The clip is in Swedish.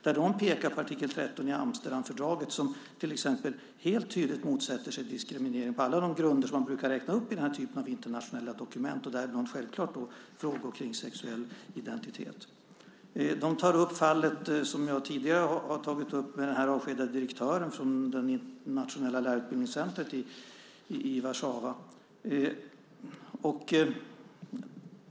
De pekar på artikel 13 i Amsterdamfördraget där man till exempel helt tydligt motsätter sig diskriminering på alla de grunder som man brukar räkna upp i den här typen av internationella dokument, och däribland finns självklart frågor kring sexuell identitet. De tar upp fallet, som jag tidigare har tagit upp, med den avskedade direktören från det nationella lärarutbildningscentret i Warszawa.